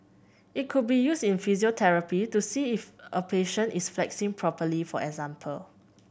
it could be used in physiotherapy to see if a patient is flexing properly for example